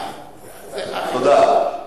תודה.